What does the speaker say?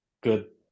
good